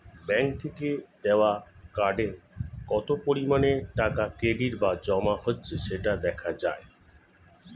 bank থেকে দেওয়া কার্ডে কত পরিমাণে টাকা ক্রেডিট বা জমা হচ্ছে সেটা দেখা যায়